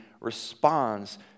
responds